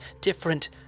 different